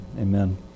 Amen